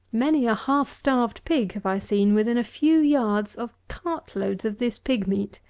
many a half-starved pig have i seen within a few yards of cart-loads of this pig-meat!